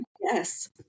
yes